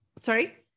sorry